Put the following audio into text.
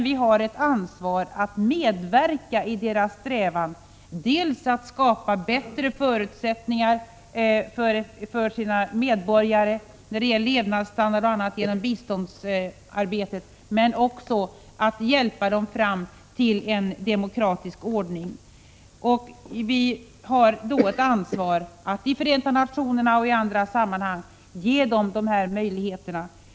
Vi har ett ansvar att medverka i deras strävan dels att skapa bättre förutsättningar för sina medborgare när det gäller levnadsstandard och annat — det gör vi genom biståndsarbetet —, dels att få till stånd en demokratisk ordning. Vi har ett ansvar att i Förenta nationerna och i andra sammanhang hjälpa dem till dessa möjligheter.